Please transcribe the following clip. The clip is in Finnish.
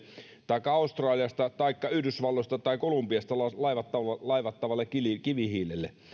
taikka australiasta taikka yhdysvalloista tai kolumbiasta laivattavalle laivattavalle kivihiilelle